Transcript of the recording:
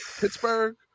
Pittsburgh